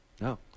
No